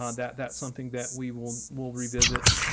um that that's something that we will we'll revisit